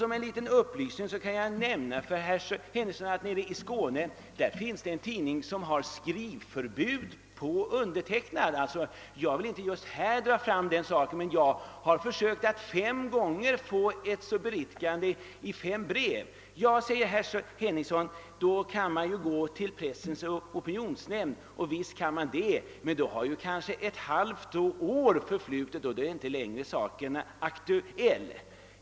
Som en liten upplysning kan jag nämna för herr Henningsson att det i Skåne finns en tidning vars chef ålagt medarbetare förbud mot att ta in genmälen som jag har skrivit. Jag vill inte ta upp denna sak här, men jag kan nämna att jag i rekommenderat brev ett flertal gånger har försökt att få ett beriktigande infört men utan resultat. Herr Henningsson säger att man kan gå till Pressens opinionsnämnd. Visst kan man göra det, men då har ofta kanske ett halvt år förflutit och saken är inte längre så aktuell.